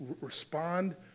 respond